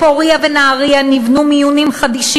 בפורייה ובנהרייה נבנו מיונים חדשים